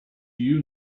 you